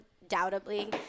undoubtedly